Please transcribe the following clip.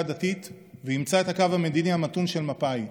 דתית ואימצה את הקו המדיני המתון של מפא"י,